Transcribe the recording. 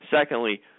Secondly